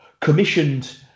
commissioned